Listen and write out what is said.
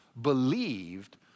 believed